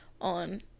on